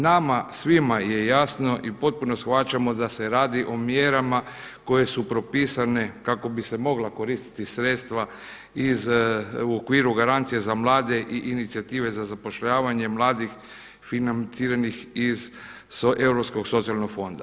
Nama svima je jasno i potpuno shvaćamo da se radi o mjerama koje su propisane kako bi se mogla koristiti sredstva iz u okviru garancija za mlade i inicijative za zapošljavanje mladih financiranih iz Europskog socijalnog fonda.